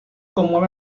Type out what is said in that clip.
conmueve